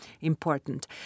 important